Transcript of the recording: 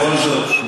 ובכל זאת,